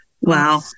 wow